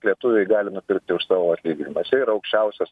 lietuviai gali nupirkti už savo atlyginimą čia yra aukščiausias